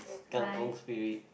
kampung Spirit